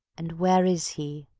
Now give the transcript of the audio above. and where is he?